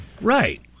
Right